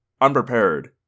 unprepared